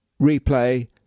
Replay